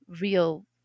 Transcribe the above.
real